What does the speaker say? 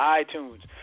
iTunes